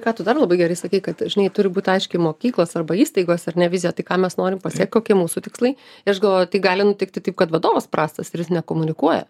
ką tu dar labai gerai sakei kad žinai turi būti aiškiai mokyklos arba įstaigos ar ne vizija tai ką mes norim pasiekt kokie mūsų tikslai tai aš galvoju tai gali nutikti taip kad vadovas prastas kuris nekomunikuoja